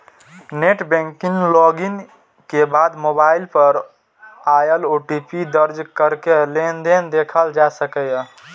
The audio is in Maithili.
नेट बैंकिंग लॉग इन के बाद मोबाइल पर आयल ओ.टी.पी दर्ज कैरके लेनदेन देखल जा सकैए